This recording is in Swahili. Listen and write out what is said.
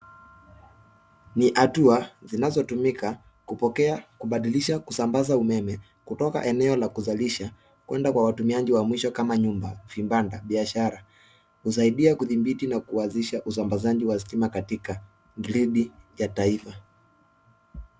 Ni hatua zinazotumika kupokea, kubadilisha, kusambaza umeme kutoka eneo la kuzalisha kuenda kwa watumiaji wa mwisho kama nyumba, vibanda, biashara, husaidia kudhibiti na kuanzisha usambazaji wa stima katika gredi ya taifa.